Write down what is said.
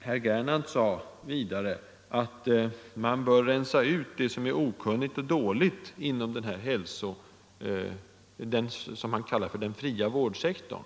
Herr Gernandt sade att man bör rensa ut det som är okunnigt och dåligt inom vad han kallar för den fria vårdsektorn,